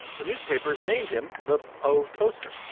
the newspapers named him the ho toaster.